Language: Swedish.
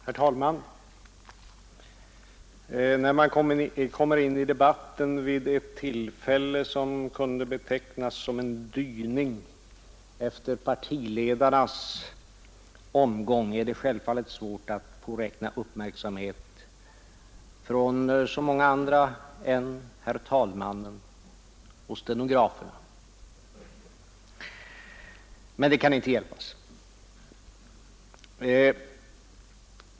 Herr talman! När man kommer in i debatten vid ett tillfälle, som kunde betecknas som en dyning efter partiledarnas omgång, är det självfallet svårt att påräkna uppmärksamhet från så många andra än herr talmannen och stenograferna. Men det kan inte hjälpas.